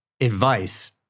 advice